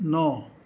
ন